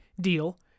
deal